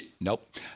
nope